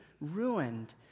ruined